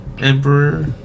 emperor